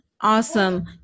awesome